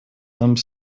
some